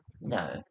no